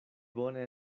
bone